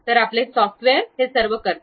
तर आपले सॉफ्टवेअर तसे करते